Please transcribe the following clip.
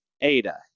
Ada